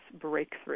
breakthrough